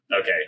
Okay